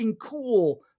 cool